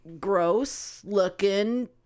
gross-looking